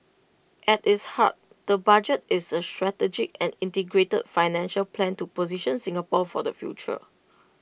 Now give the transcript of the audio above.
at its heart the budget is A strategic and integrated financial plan to position Singapore for the future